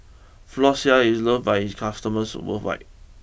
Floxia is loved by its customers worldwide